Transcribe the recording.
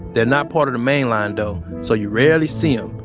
they're not part of the main line though. so, you rarely see him,